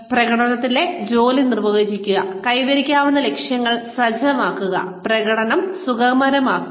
പ്രകടനത്തിലെ ജോലി നിർവചിക്കുക കൈവരിക്കാവുന്ന ലക്ഷ്യങ്ങൾ സജ്ജമാക്കുക പ്രകടനം സുഗമമാക്കുക